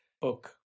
book